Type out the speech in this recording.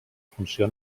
funció